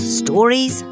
stories